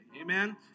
Amen